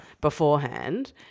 beforehand